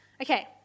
Okay